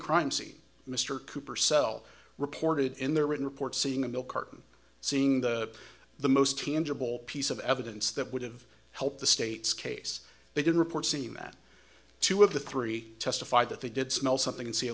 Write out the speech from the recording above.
crime scene mr cooper cell reported in their written report seeing the milk carton seeing the the most tangible piece of evidence that would have helped the state's case they did report seem that two of the three testified that they did smell something and see a